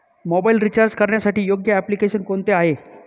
Mobile recharge करण्यासाठी योग्य application कोणते आहे?